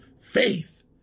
faith